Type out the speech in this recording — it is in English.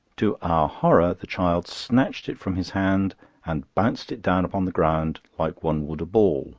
to our horror, the child snatched it from his hand and bounced it down upon the ground like one would a ball